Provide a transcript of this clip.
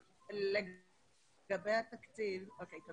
לגבי התקציב, לא כל